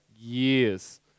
years